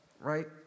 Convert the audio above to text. right